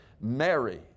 Mary